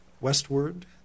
Westward